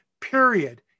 period